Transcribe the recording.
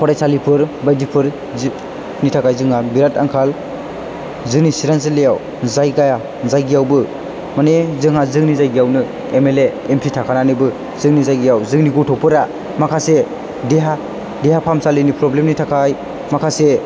फारायसालिफोर बायदिफोर जितनि थाखाय जोंहा बिरात आंखाल जोंनि चिरां जिल्लायाव जायगा जायगायावबो मानि जोंहा जोंनि जायगायावनो एमएलए एमपि थाखानानैबो जोंनि जायगायाव जोंनि गथ'फोरा माखासे देहा फाहामसालिनि प्रब्लेमनि थाखाय माखासे